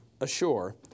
ashore